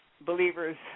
Believers